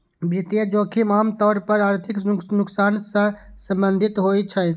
वित्तीय जोखिम आम तौर पर आर्थिक नुकसान सं संबंधित होइ छै